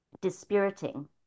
dispiriting